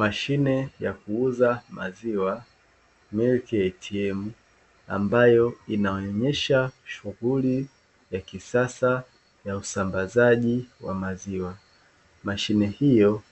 Mashine ya kuuza maziwa "milk ATM" ambayo inaonyesha shughuli ya kisasa ya usambazaji wa maziwa. Mashine hiyo